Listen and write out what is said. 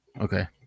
okay